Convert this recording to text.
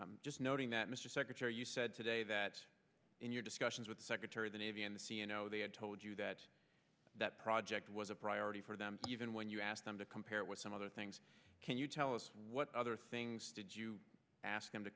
draft just noting that mr secretary you said today that in your discussions with the secretary of the navy and the scieno they had told you that that project was a priority for them even when you asked them to compare it with some other things can you tell us what other things did you ask them to